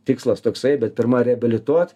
tikslas toksai bet pirma reabilituot